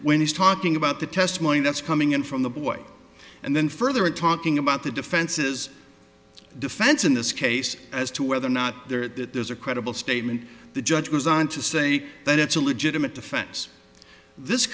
when he's talking about the testimony that's coming in from the boy and then further in talking about the defense's defense in this case as to whether or not there's a credible statement the judge was on to say that it's a legitimate defense this